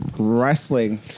Wrestling